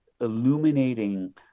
illuminating